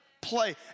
play